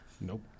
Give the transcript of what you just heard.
Nope